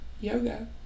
yoga